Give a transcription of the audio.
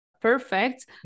perfect